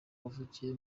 yavukiye